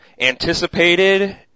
anticipated